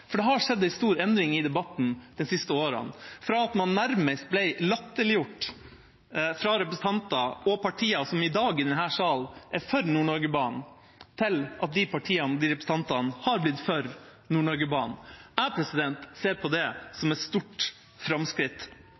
For det har skjedd en stor endring i debatten de siste årene, fra at man nærmest ble latterliggjort av representanter og partier som i dag, i denne salen, er for Nord-Norge-banen, til at disse partiene og representantene har blitt for Nord-Norge-banen. Jeg ser på det som et stort framskritt.